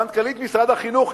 מנכ"לית משרד החינוך,